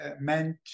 meant